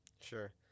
sure